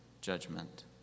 judgment